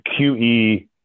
QE